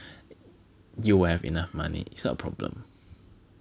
you will have enough money it's not a problem